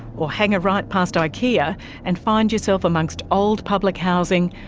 or hang a right past ikea and find yourself amongst old public housing,